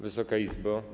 Wysoka Izbo!